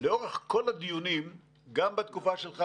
לאורך כל הדיונים גם בתקופה שלך,